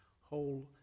whole